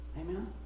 Amen